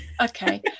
okay